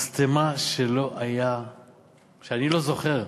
משטמה שאני לא זוכר.